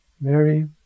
Mary